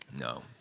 No